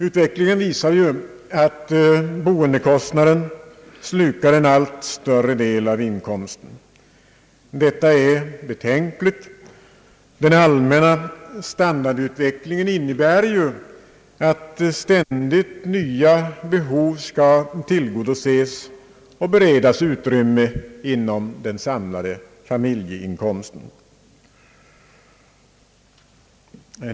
Utvecklingen visar att boendekostnaden slukar en allt större del av inkomsten. Det är betänkligt. Den allmänna standardutvecklingen innebär att ständigt nya behov skall tillgodoses och beredas utrymme inom den samlade familjeinkomsten.